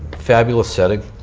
fabulous sitting.